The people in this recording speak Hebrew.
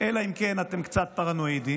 אלא אם כן אתם קצת פרנואידים,